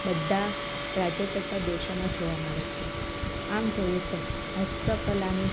બધાં રાજ્યો તથા દેશોમાં જોવા મળે છે આમ જોઈએ તો હસ્તકલાનું